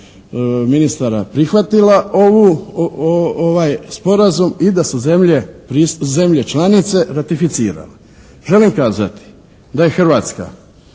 ministara prihvatila ovaj sporazum i da su zemlje članice ratificirale. Želim kazati da je Hrvatska